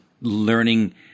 learning